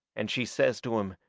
and she says to him,